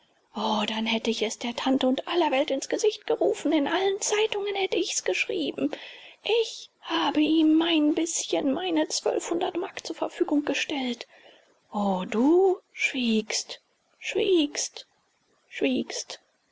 o dann hätte ich es der tante und aller welt ins gesicht gerufen in allen zeitungen hätte ich's geschrieben ich habe ihm mein bißchen meine zwölfhundert mark zur verfügung gestellt o du schwiegst schwiegst schwiegst